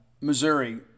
Missouri